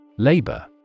Labor